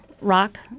rock